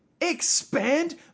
Expand